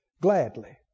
gladly